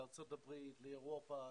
לארצות-הברית, לאירופה.